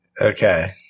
Okay